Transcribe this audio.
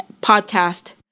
podcast